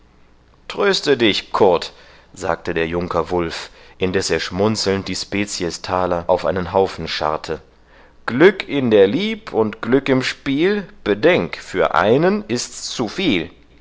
tröste dich kurt sagte der junker wulf indeß er schmunzelnd die speciesthaler auf einen haufen scharrte glück in der lieb und glück im spiel bedenk für einen ist's zu viel